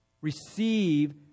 receive